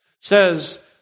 says